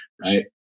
right